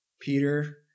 Peter